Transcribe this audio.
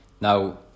now